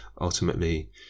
ultimately